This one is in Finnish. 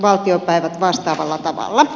arvoisa herra puhemies